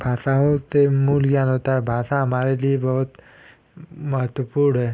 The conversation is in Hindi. भाषाओं से मूल ज्ञान होता है भाषा हमारे लिए बहुत महत्वपूर्ण है